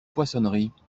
poissonnerie